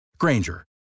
Granger